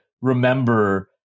remember